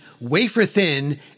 wafer-thin